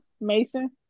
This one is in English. Mason